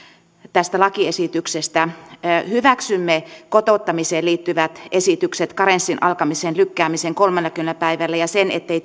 tästä lakiesityksestä hyväksymme kotouttamiseen liittyvät esitykset karenssin alkamisen lykkäämisen kolmellakymmenellä päivällä ja sen ettei